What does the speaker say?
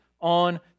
on